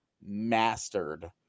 mastered